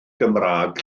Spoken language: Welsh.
gymraeg